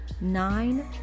Nine